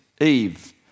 Eve